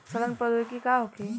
सड़न प्रधौगिकी का होखे?